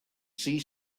see